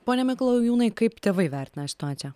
pone mikalajūnai kaip tėvai vertina situaciją